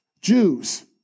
Jews